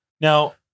Now